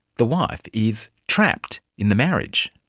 the wife is trapped in the marriage.